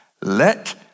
let